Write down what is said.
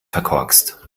verkorkst